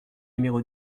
numéro